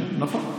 נכון.